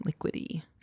liquidy